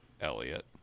Elliot